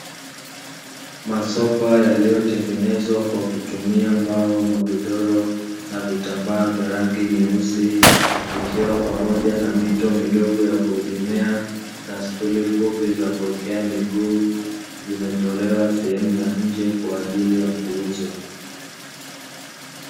Masofa yaliyotengenezwa kwa kutumia mbao, magodoro na vitambaa vya rangi nyeusi. Vikiwa pamoja na mito midogo ya kuegemea, na stuli fupi za kuwekea miguu. Vimetolewa sehemu ya nje kwa ajili ya kuuzwa.